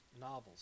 novels